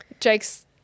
Jake's